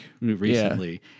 recently